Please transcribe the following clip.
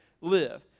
live